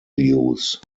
use